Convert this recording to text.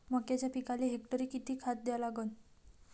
मक्याच्या पिकाले हेक्टरी किती खात द्या लागन?